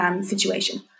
Situation